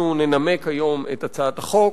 אנחנו ננמק היום את הצעת החוק